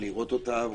לראות אותה,